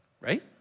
Right